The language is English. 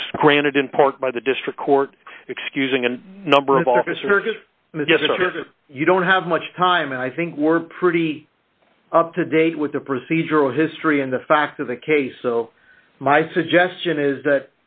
was granted in part by the district court excusing and number of officer just you don't have much time and i think we're pretty up to date with the procedural history and the fact of the case so my suggestion is that